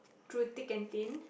through thick and thin